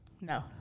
No